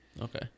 okay